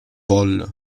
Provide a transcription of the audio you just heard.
vol